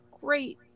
great